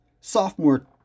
Sophomore